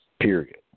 period